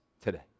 today